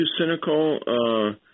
cynical